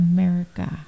America